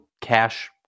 cash